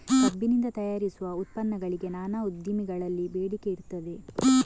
ಕಬ್ಬಿನಿಂದ ತಯಾರಿಸುವ ಉಪ ಉತ್ಪನ್ನಗಳಿಗೆ ನಾನಾ ಉದ್ದಿಮೆಗಳಲ್ಲಿ ಬೇಡಿಕೆ ಇರ್ತದೆ